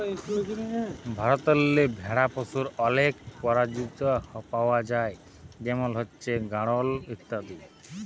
ভারতেল্লে ভেড়া পশুর অলেক পরজাতি পাউয়া যায় যেমল হছে গাঢ়ল ইত্যাদি